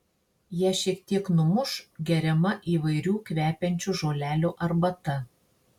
ją šiek tiek numuš geriama įvairių kvepiančių žolelių arbata